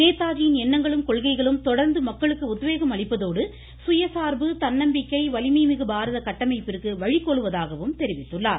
நேதாஜியின் எண்ணங்களும் கொள்கைகளும் தொடா்ந்து மக்களுக்கு உத்வேகம் அளிப்பதோடு சுயசா்பு தன்னம்பிக்கை வலிமை மிகு பாரத கட்டமைப்பிற்கு வழிகோலுவதாகவும் தெரிவித்துள்ளார்